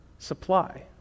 supply